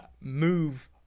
move